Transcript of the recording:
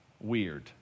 weird